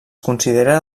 considera